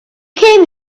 came